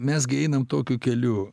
mes gi einam tokiu keliu